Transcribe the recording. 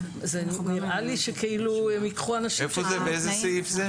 באיזה סעיף זה?